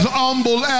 humble